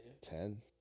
Ten